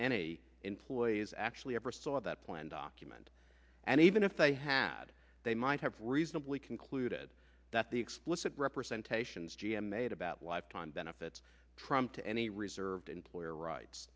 any employees actually ever saw that plan document and even if they had they might have reasonably concluded that the explicit representation as g m made about lifetime benefits trump to any reserved employer rights